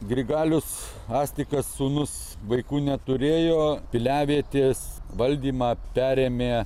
grigalius astikas sūnus vaikų neturėjo piliavietės valdymą perėmė